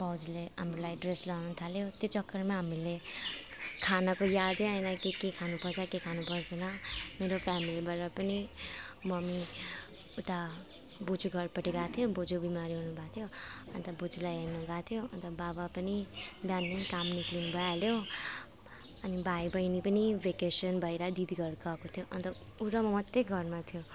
भाउजूले हामीलाई ड्रेस लगाउनु थाल्यो त्यो चक्करमा हामीले खानाको यादै आएन कि के खानुपर्छ के खानु पर्दैन मेरो फ्यामिलीबाट पनि मम्मी उता बोजु घरपट्टि गएको थियो बोजु बिमारी हुनुभएको थियो अन्त बोजुलाई हेर्नु गएको थियो अन्त बाबा पनि बिहान नै काम निस्किनु भइहाल्यो अनि भाइबहिनी पनि भ्याकेसन भएर दिदी घर गएको थियो अन्त ऊ र म मात्रै घरमा थियौँ